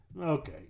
Okay